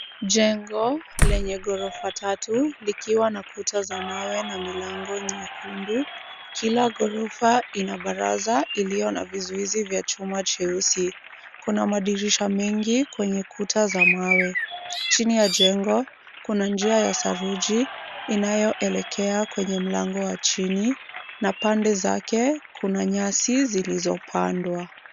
Jengo lenye gofava tatu likiwa na kuta za mawe na milango nyekundu. kila gorova ina varaza ilio na vizuizi via chuma cheusi. Kuna madirisha mengi kwenye ukuta za mawe chini ya jengo Kuna jia ya zaruji inaoelekea kwenye mlango wa chini na pande zake kuna nyasi zilizo pandwa.